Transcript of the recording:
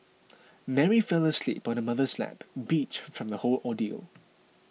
Mary fell asleep on her mother's lap beat from the whole ordeal